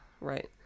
right